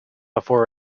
before